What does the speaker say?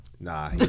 nah